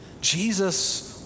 Jesus